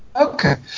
Okay